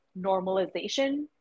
normalization